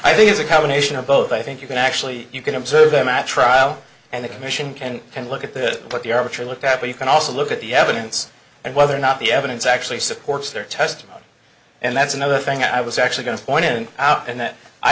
i think it's a combination of both i think you can actually you can observe them at trial and the commission can can look at that but the arbiter look at what you can also look at the evidence and whether or not the evidence actually supports their testimony and that's another thing i was actually going to point out and that i